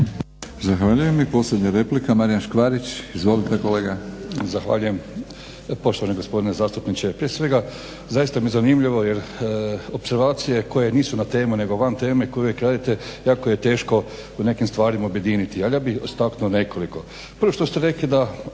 Zahvaljujem. I posljednja replika, Marijan Škvarić. Izvolite kolega.